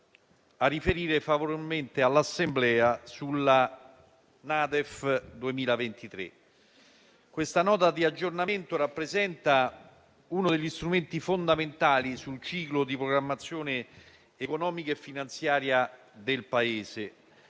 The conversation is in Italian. a riferire favorevolmente all'Assemblea sulla NADEF 2023. Questa Nota di aggiornamento rappresenta uno degli strumenti fondamentali sul ciclo di programmazione economica e finanziaria del Paese.